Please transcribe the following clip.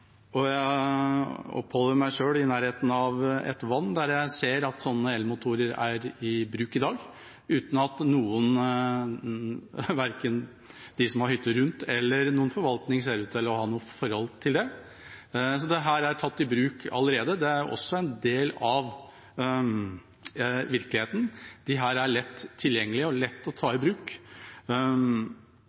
Jeg oppholder meg ofte i nærheten av et vann der jeg ser at elmotorer er i bruk i dag, uten at verken noen av dem som har hytter rundt, eller noen i forvaltningen, ser ut til å ha noe forhold til det. Dette er tatt i bruk allerede, det er også en del av virkeligheten. Disse er lett tilgjengelig og lett å ta i bruk.